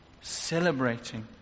celebrating